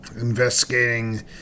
investigating